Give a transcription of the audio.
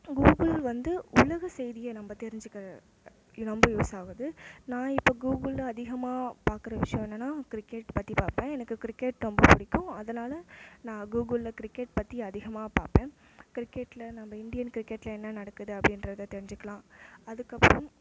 Google வந்து உலக செய்தியை நம்ம தெரிஞ்சுக்க ரொம்ப யூஸ் ஆகுது நான் இப்போ கூகுள் அதிகமாக பார்க்கற விஷயம் என்னென்னா கிரிக்கெட் பற்றி பார்ப்பேன் எனக்கு கிரிக்கெட் ரொம்ப பிடிக்கும் அதனால் நான் கூகுளில் கிரிக்கெட் பற்றி அதிகமாக பார்ப்பேன் கிரிக்கெட்டில் நம்ம இந்தியன் கிரிக்கெட்டில் என்ன நடக்குது அப்படின்றத தெரிஞ்சுக்கலாம் அதுக்கப்புறம்